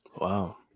Wow